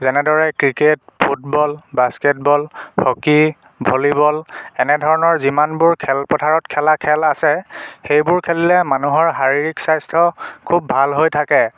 যেনেদৰে cricket football basketball hockey volleyball এনেধৰণৰ যিমানবোৰ খেল পথাৰত খেলা খেল আছে সেইবোৰ খেলিলে মানুহৰ শাৰীৰিক স্বাস্থ্য খুব ভাল হৈ থাকে